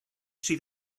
sydd